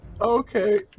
Okay